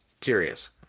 curious